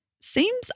Seems